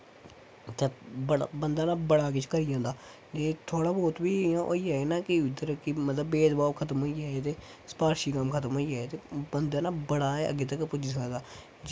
इत्थें बंदा ना बड़ा किश करी जंदा जे थोह्ड़ा बौह्त बी इ'यां होई जाए ना कि उद्धर कि मतलब भेदभाव खत्म होई जाए ते सफारशी कम्म खतम होई जाए ते बंदा न बड़ा गै अग्गें तक पुज्जी सकदा